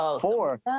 Four